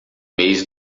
mês